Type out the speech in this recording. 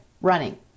running